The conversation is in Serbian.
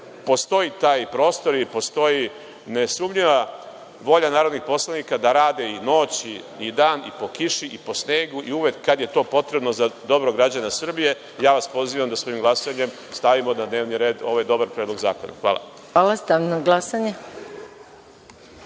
postoji taj prostor i postoji nesumnjiva volja narodnih poslanika da rade i noć i dan i po kiši i po snegu i uvek kad je to potrebno za dobro građana Srbije, ja vas pozivam da svojim glasanjem stavimo na dnevni red ovaj dobar predlog zakona. Hvala. **Maja Gojković** Hvala. Stavljam na glasanje